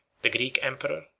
the greek emperor,